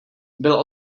byl